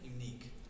unique